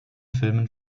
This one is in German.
filmen